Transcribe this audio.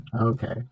okay